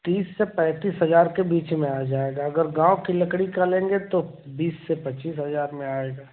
तीस से पैंतीस हज़ार के बीच में आ जाएगा अगर गाँव की लकड़ी का लेंगे तो बीस से पच्चीस हज़ार में आएगा